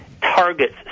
targets